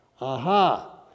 Aha